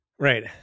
Right